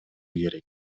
керек